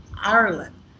Ireland